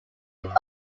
would